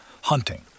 hunting